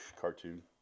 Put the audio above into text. Cartoon